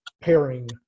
pairing